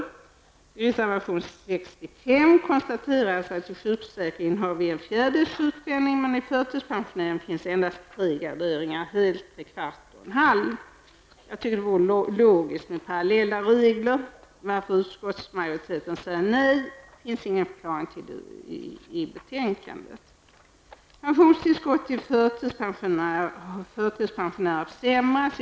I reservation 65 konstateras att vi i sjukförsäkringen har en fjärdedels sjukpenning, medan det i förtidspensioneringen finns endast tre graderingar: hel, tre fjärdedelar och en halv. Jag tycker att det vore logiskt med parallella regler. I betänkandet finns det ingen förklaring till varför utskottsmajoriteten säger nej. Pensionstillskottet till förtidspensionärer har försämrats.